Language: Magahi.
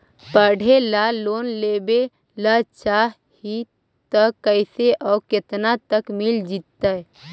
पढ़े ल लोन लेबे ल चाह ही त कैसे औ केतना तक मिल जितै?